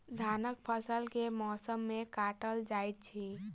धानक फसल केँ मौसम मे काटल जाइत अछि?